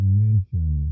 mention